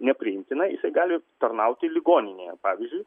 nepriimtina jisai gali tarnauti ligoninėje pavyzdžiui